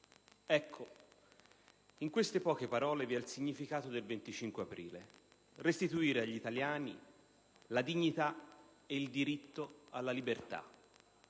Ecco, in queste poche parole vi è il significato del 25 aprile: restituire agli italiani la dignità e il diritto alla libertà.